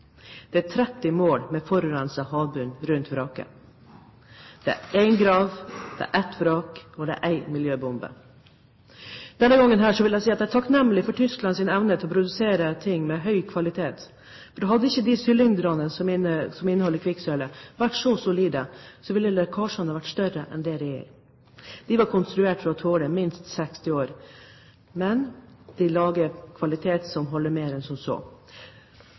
Det er 30 mål med forurenset havbunn rundt vraket. Det er én grav, det er ett vrak, og det er én miljøbombe. Denne gangen vil jeg si at jeg er takknemlig for Tysklands evne til å produsere ting med høy kvalitet, for hadde ikke de sylindrene som inneholder kvikksølvet, vært så solide, ville lekkasjene vært større enn de er. De var konstruert for å tåle minst 60 år, men tyskerne lager kvalitet som holder mer enn som så.